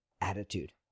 attitude